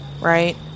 Right